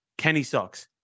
KENNYSUCKS